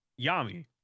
Yami